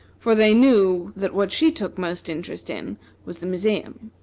for they knew that what she took most interest in was the museum.